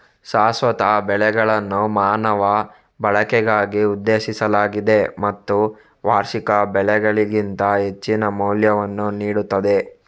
ಶಾಶ್ವತ ಬೆಳೆಗಳನ್ನು ಮಾನವ ಬಳಕೆಗಾಗಿ ಉದ್ದೇಶಿಸಲಾಗಿದೆ ಮತ್ತು ವಾರ್ಷಿಕ ಬೆಳೆಗಳಿಗಿಂತ ಹೆಚ್ಚಿನ ಮೌಲ್ಯವನ್ನು ನೀಡುತ್ತದೆ